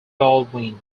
baldwin